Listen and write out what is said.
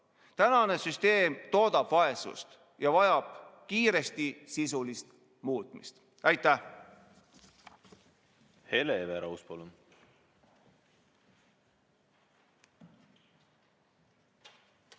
Tänane süsteem toodab vaesust ja vajab kiiresti sisulist muutmist. Aitäh!